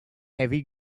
heavy